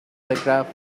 telegraph